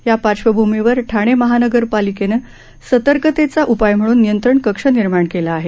या पार्श्वभूमीवर ठाणे महानगरपालिकेने सतर्ककतेचा उपाय म्हणून नियंत्रण कक्ष निर्माण केला आहे